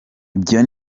ibyo